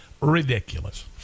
ridiculous